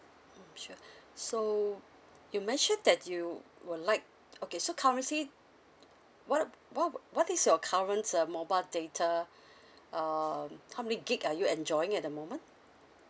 mm sure so you mentioned that you will like okay so currently what what what is your current uh mobile data um how many gig are you enjoying at the moment